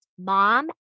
Mom